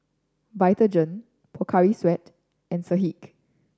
Vitagen Pocari Sweat and Schick